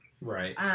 Right